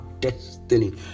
destiny